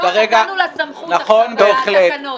נתנו לה סמכות בתקנות.